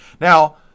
Now